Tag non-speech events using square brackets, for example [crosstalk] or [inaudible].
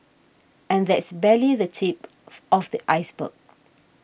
and that's barely the tip [noise] of the iceberg